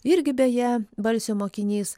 irgi beje balsio mokinys